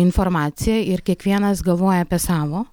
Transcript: informacija ir kiekvienas galvoja apie savo